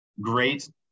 great